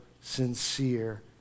sincere